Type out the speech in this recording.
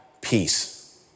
peace